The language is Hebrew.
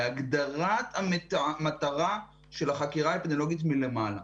בהגדרת המטרה של החקירה האפידמיולוגית מלמעלה.